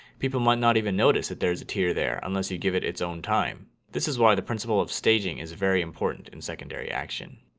people might not even notice that there's a tear there, unless you give it its own time. this is why the principle of staging is very important in secondary action.